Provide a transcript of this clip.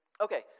Okay